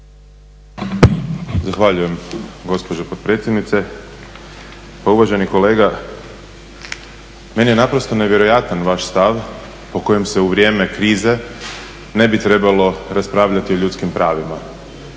Zahvaljujem gospođo potpredsjednice. Pa uvaženi kolega meni je naprosto nevjerojatan vaš stav po kojem se u vrijeme krize ne bi trebalo raspravljati o ljudskim pravima